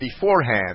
beforehand